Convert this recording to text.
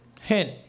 Hint